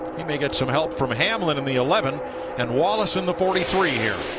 some help from hamblin in the eleventh and wallace in the forty three here.